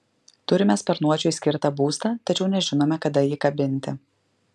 turime sparnuočiui skirtą būstą tačiau nežinome kada jį kabinti